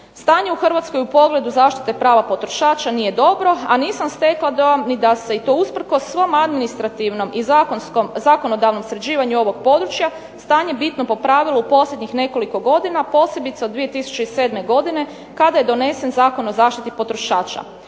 stanje u Hrvatskoj u pogledu zaštite prava potrošača nije dobro, a nisam stekla dojam ni da se i to usprkos svom administrativnom i zakonodavnom sređivanju ovog područja stanje bitno popravilo u posljednjih nekoliko godina, a posebice od 2007. godine kada je donesen Zakon o zaštiti potrošača,